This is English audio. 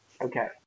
Okay